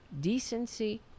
Decency